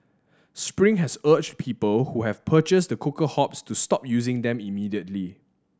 spring has urged people who have purchased the cooker hobs to stop using them immediately